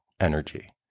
energy